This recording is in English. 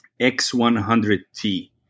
X100T